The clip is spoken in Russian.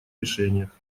решениях